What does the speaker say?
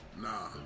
nah